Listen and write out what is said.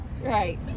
Right